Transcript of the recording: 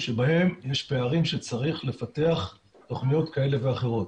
שבהם יש פערים שצריך לפתח תכניות כאלה ואחרות.